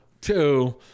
Two